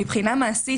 מכמה טעמים,